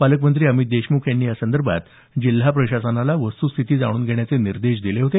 पालकमंत्री अमित देशमुख यांनी या संदर्भात जिल्हा प्रशासनाला वस्तूस्थिती जाणून घेण्याचे निर्देश दिले होते